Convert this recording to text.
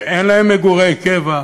שאין להם מגורי קבע.